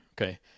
Okay